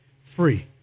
free